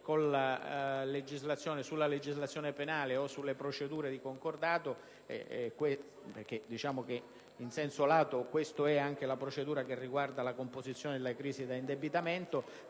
sulla legislazione penale e sulle procedure di concordato (perché, in senso lato, questo è anche la procedura che riguarda la composizione della crisi da indebitamento),